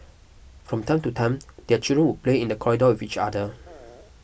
from time to time their children would play in the corridor with each other